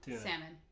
Salmon